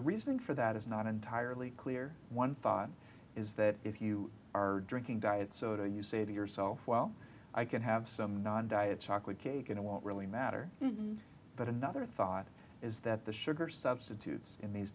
the reason for that is not entirely clear one thought is that if you are drinking diet soda you say to yourself well i can have some non diet chocolate cake and it won't really matter but another thought is that the sugar substitutes in these